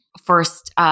first